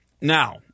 Now